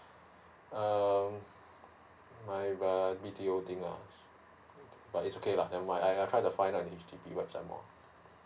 mm my err B T O thing ah but it's okay lah never mind I try to find on H_D_B website more